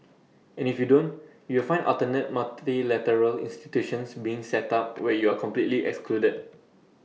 and if you don't you will find alternate multilateral institutions being set up where you are completely excluded